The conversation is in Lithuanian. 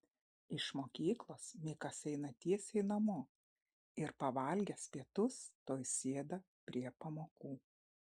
iš mokyklos mikas eina tiesiai namo ir pavalgęs pietus tuoj sėda prie pamokų